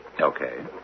Okay